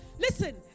Listen